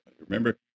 Remember